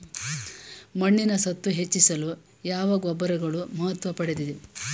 ಮಣ್ಣಿನ ಸತ್ವ ಹೆಚ್ಚಿಸಲು ಯಾವ ಗೊಬ್ಬರಗಳು ಮಹತ್ವ ಪಡೆದಿವೆ?